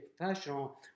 Professional